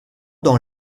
dans